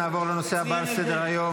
נעבור לנושא הבא על סדר-היום,